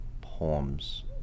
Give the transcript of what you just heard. poems